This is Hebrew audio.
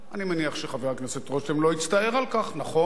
אני מניח שחבר הכנסת רותם לא יצטער על כך, נכון?